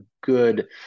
good